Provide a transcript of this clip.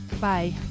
bye